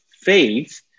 faith